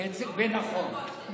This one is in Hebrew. זה נכון.